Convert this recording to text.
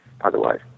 otherwise